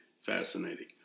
fascinating